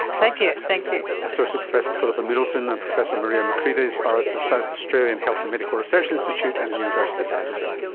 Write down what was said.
thank you. thank you. associate professor philippa middleton and professor maria makrides are at the south australian health and medical research institute at and the university of adelaide.